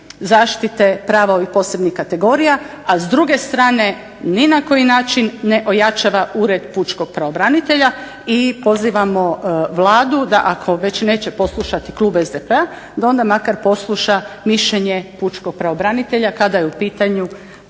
zaštite prava ovih posebnih kategorija, a s druge strane ni na koji način ne ojačava Ured pučkog pravobranitelja i pozivamo Vladu da ako već neće poslušati klub SDP-a da onda makar posluša mišljenje pučkog pravobranitelja kada je u pitanju